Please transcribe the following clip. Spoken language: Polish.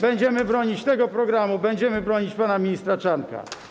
Będziemy bronić tego programu, będziemy bronić pana ministra Czarnka.